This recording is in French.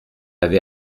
avait